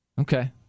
Okay